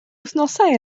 wythnosau